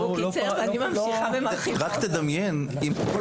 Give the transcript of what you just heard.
רק תדמיין איזו תוצאה היינו מקבלים אם כל